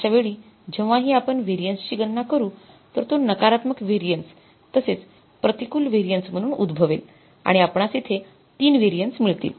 अश्या वेळी जेव्हा हि आपण व्हेरिएन्स ची गणना करू तर तो नकारत्मक व्हेरिएन्स तसेच प्रतिकूल व्हेरिएन्स म्हणून उद्भवेल आणि आपणास इथे ३ व्हेरिएन्स मिळतील